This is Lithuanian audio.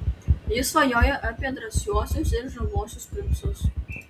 ji svajojo apie drąsiuosius ir žaviuosius princus